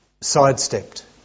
sidestepped